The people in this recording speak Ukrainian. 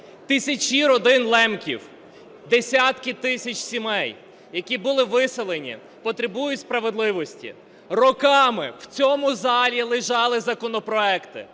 Тисячі родин лемків, десятки тисяч сімей, які були виселені, потребують справедливості. Роками в цьому залі лежали законопроекти,